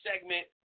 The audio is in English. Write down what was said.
segment